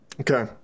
Okay